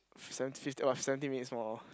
f~ seven fifty !wah! seventeen minutes more